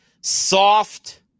soft –